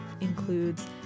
includes